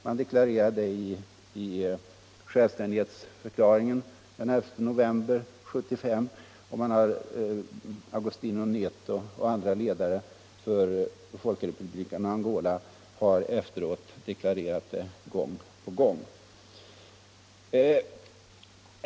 Man deklarerade det i självständighetsförklaringen den 11 november 1975 och Agostinho Neto och andra ledare för Folkrepubliken Angola har efteråt deklarerat detsamma gång på gång. Man välkomnar alla som är angolanska patrioter.